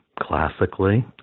classically